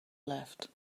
left